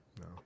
no